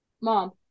Mom